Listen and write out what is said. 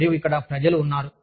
మరియు ఇక్కడ ప్రజలు ఉన్నారు